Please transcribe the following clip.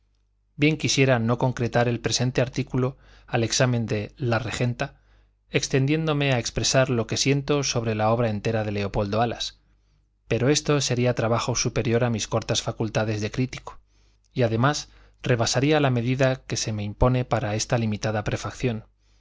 bien quisiera no concretar el presente artículo al examen de la regenta extendiéndome a expresar lo que siento sobre la obra entera de leopoldo alas pero esto sería trabajo superior a mis cortas facultades de crítico y además rebasaría la medida que se me impone para esta limitada prefación